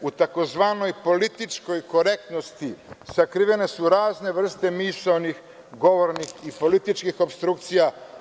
U tzv. političkoj korektnosti sakrivene su razne vrste misaonih, govornih i političkih opstrukcija.